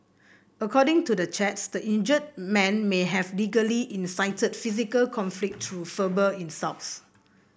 according to the chats the injured man may have allegedly incited physical conflict through verbal insults